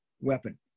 weapon